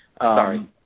Sorry